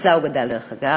שאצלה הוא גדל, דרך אגב,